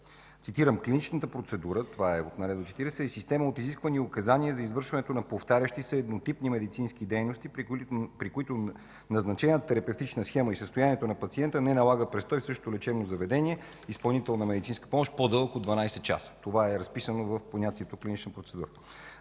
№ 40: „Клиничната процедура” е система от изисквания и указания за извършването на повтарящи се еднотипни медицински дейности, при които назначената терапевтична схема и състоянието на пациента не налагат престой в същото лечебно заведение – изпълнител на медицинска помощ, по-дълъг от 12 часа”. Това е разписано в понятието „клинична процедура”.